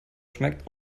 schmeckt